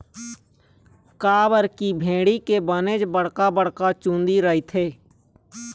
काबर की भेड़ी के बनेच बड़का बड़का चुंदी रहिथे